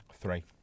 Three